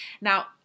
Now